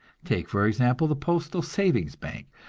take, for example, the postal savings bank.